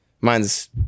Mine's